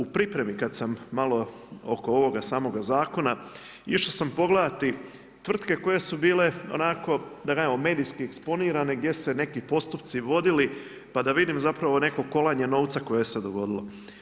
U pripremi kad sam malo oko ovoga samoga zakona, išao sam pogledati tvrtke koje su bile onako da kažem medijski eksponirane gdje se neki postupci vodili, pa da vidim zapravo neko kolanje novca koje se dogodilo.